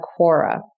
Quora